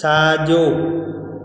साजो॒